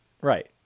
right